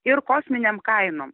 ir kosminėm kainom